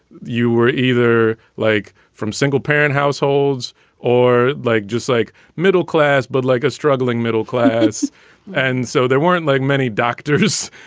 you were either like from single parent households or like just like middle-class, but like a struggling middle class and so there weren't like many doctors,